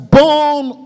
born